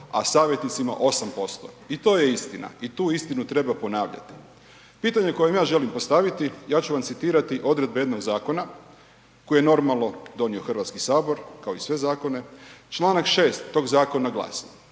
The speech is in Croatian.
a savjetnicima 8% i to je istina i tu istinu treba ponavljati. Pitanje koje ja želim postaviti, ja ću vam citirati odredbe jednog zakona koje je normalno donio HS, kao i sve zakone, čl. 6. tog zakona glasi,